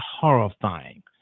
horrifying